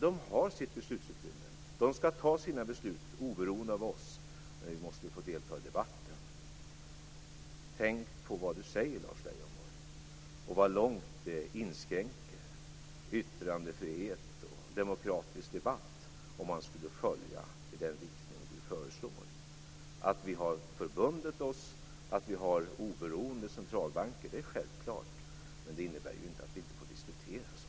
De har sitt beslutsutrymme och skall fatta sina beslut oberoende av oss, men vi måste få delta i debatten. Tänk på vad ni säger, Lars Leijonborg, och hur långt det skulle inskränka yttrandefrihet och demokratisk debatt om vi skulle följa den riktning som ni föreslår. Att vi har förbundit oss, att vi har oberoende centralbanker är självklart, men det innebär inte att vi inte får diskutera sakerna.